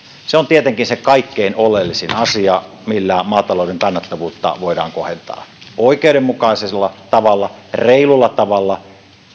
se on tietenkin se kaikkein oleellisin asia millä maatalouden kannattavuutta voidaan kohentaa oikeudenmukaisella tavalla reilulla tavalla